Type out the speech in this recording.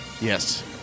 Yes